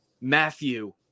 matthew